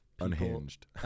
Unhinged